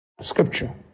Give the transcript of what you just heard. scripture